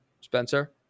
Spencer